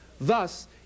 Thus